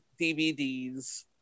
DVDs